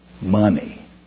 Money